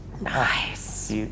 Nice